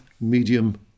medium